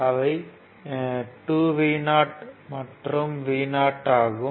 அவை 2 Vo மற்றும் Vo ஆகும்